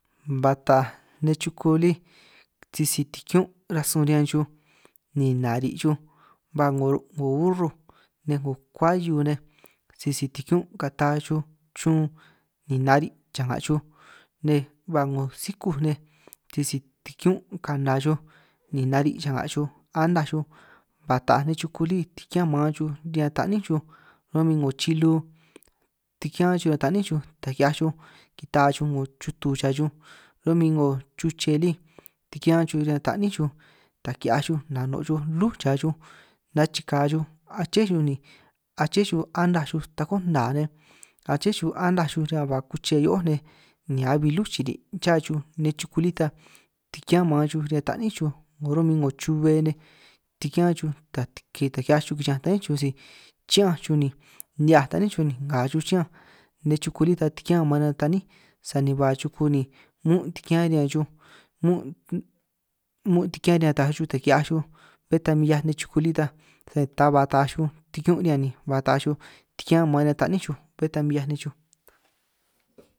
Ba taaj nej chuku lí sisi tikiún rasun riñan xuj ni nari' xuj ba 'ngo urruj nej 'ngo kuahiu nej sisi tikiún kata chuj chun, ni nari' cha'nga' xuj nej ba 'ngo sikúj nej tisi tikiún ka'na' xuj ni nari' changaj xuj anaj xuj, ba taaj nej chuku lí tikián ma'an xuj riñan ta'nín xuj ro'min 'ngo chilu, tikián xuj riñan ta'ní xuj taj ki'hiaj xuj kita'a xuj kita'a xuj 'ngo chutu cha xuj, ro'min 'ngo chuche lí tikián xuj riñan ta'nín xuj taj ki'hiaj xuj nano' xuj lú cha xuj, nachikaj aché xuj aché xuj anaj takó nna nej aché xuj anaj xuj riñan ba kuche hio'ó nej, ni abi lú chiri' cha xuj nej chuku lí ta tikián ma'an xuj riñan ta'nín xuj, 'ngo ro'min 'ngo chube nej tikián xuj ta ki'hiaj xuj chi'ñanj ta'níj xuj si chi'ñanj xuj ni ni'hiaj ta'nín xuj, ni ka xuj chi'ñanj nej chuku lí ta tikián maan riñan ta'ní sani ba chuku ni muún' tikian riñan xuj, muun' muun' tikian riñan taaj xuj taj ki'hiaj xuj bé ta min 'hiaj nej chuku lí ta ta ba taaj xuj tikún' riñan, ni ba taaj xuj tikián maan riñan ta'ní xuj bé ta min 'hiaj nej xuj.